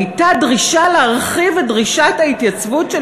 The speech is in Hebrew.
הייתה דרישה להרחיב את דרישת ההתייצבות של